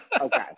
okay